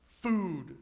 Food